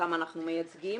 אותם אנחנו מייצגים,